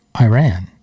Iran